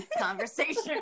conversation